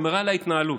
זה מראה על ההתנהלות,